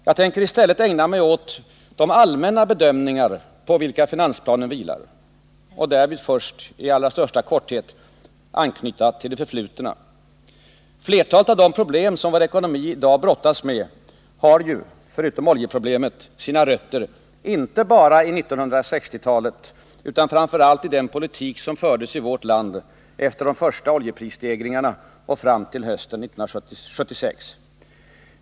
Jag tänker i stället ägna mig åt de allmänna bedömningar på vilka finansplanen vilar och därvid först i allra största korthet anknyta till det förflutna. Flertalet av de problem som vår ekonomi i dag brottas med har ju, förutom oljeproblemet, sina rötter inte bara i 1960-talet utan framför allt i den politik som fördes i vårt land efter de första oljeprisstegringarna och fram till hösten 1976.